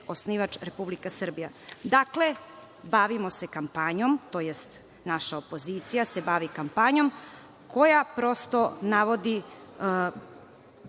osnivač Republika Srbija. Dakle, bavimo se kampanjom, tj. naša opozicija se bavi kampanjom koja, prosto, navodi